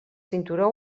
cinturó